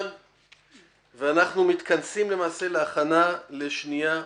ואנחנו מתכנסים למעשה להכנה לשנייה ושלישית.